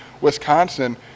Wisconsin